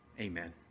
Amen